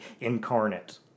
Incarnate